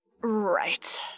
Right